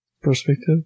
perspective